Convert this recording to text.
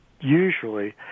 usually